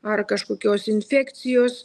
ar kažkokios infekcijos